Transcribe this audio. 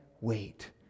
wait